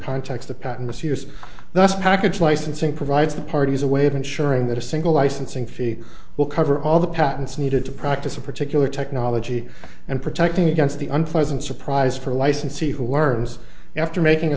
that's package licensing provides the parties a way of ensuring that a single licensing fee will cover all the patents needed to practice a particular technology and protecting against the unpleasant surprise for licensee who learns after making a